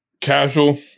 casual